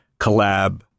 collab